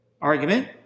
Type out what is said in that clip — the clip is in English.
argument